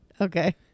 Okay